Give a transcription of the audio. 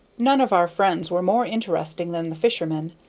none of our friends were more interesting than the fishermen.